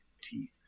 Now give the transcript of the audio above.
Teeth